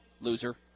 loser